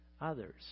others